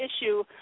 issue